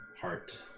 heart